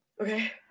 okay